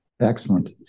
Excellent